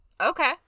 Okay